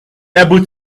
able